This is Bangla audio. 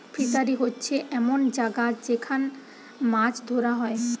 ফিসারী হোচ্ছে এমন জাগা যেখান মাছ ধোরা হয়